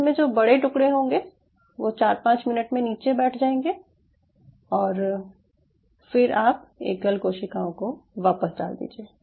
इसमें जो बड़े टुकड़े होंगे वो 4 5 मिनट में नीचे बैठ जाएंगे और फिर आप एकल कोशिकाओं को वापस डाल दीजिये